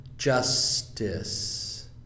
Justice